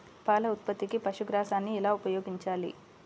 పాల ఉత్పత్తికి పశుగ్రాసాన్ని ఎలా ఉపయోగించాలి?